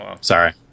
Sorry